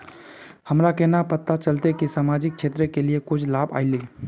हमरा केना पता चलते की सामाजिक क्षेत्र के लिए कुछ लाभ आयले?